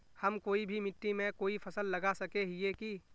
हम कोई भी मिट्टी में कोई फसल लगा सके हिये की?